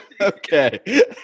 Okay